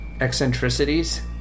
Eccentricities